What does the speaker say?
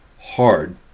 hard